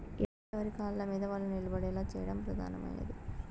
ఎవరి కాళ్ళమీద వాళ్ళు నిలబడేలా చేయడం ప్రధానమైనది